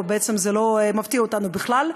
בעצם זה לא מפתיע אותנו בכלל,